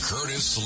Curtis